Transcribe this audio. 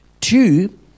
Two